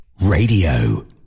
Radio